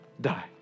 die